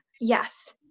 Yes